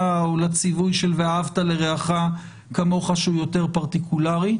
או לציווי של "ואהבת לרעך כמוך" שהוא יותר פרטיקולרי.